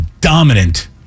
dominant